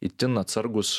itin atsargūs